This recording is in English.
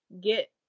get